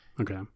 Okay